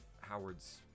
Howard's